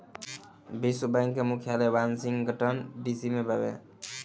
विश्व बैंक के मुख्यालय वॉशिंगटन डी.सी में बावे